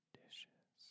dishes